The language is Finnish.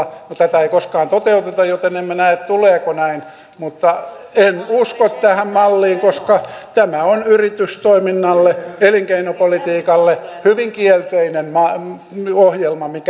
no tätä ei koskaan toteuteta joten emme näe tuleeko näin mutta en usko tähän malliin koska tämä on yritystoiminnalle elinkeinopolitiikalle hyvin kielteinen ohjelma mikä teillä on